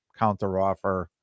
counteroffer